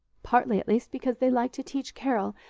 partly, at least, because they like to teach carol,